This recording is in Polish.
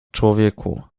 człowieku